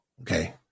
okay